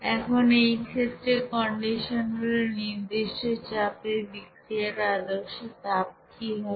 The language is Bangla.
এখন এই ক্ষেত্রে কন্ডিশন হল নির্দিষ্ট চাপে বিক্রিয়ার আদর্শ তাপ কি হবে